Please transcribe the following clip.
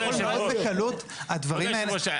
זה יכול מאוד בקלות הדברים האלה --- כבוד יושב הראש,